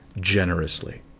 Generously